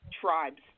tribes